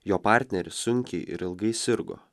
jo partneris sunkiai ir ilgai sirgo